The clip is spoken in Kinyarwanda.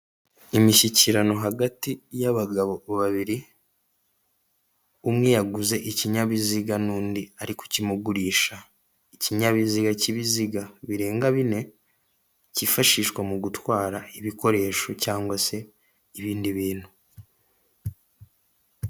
Imishyikirano hagati y'abagabo babiri, umwe yaguze ikinyabiziga n'undi ari kukimugurisha. Ikinyabiziga cy'ibiziga birenga bine, cyifashishwa mu gutwara ibikoresho, cyangwa se ibindi bintu.